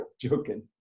joking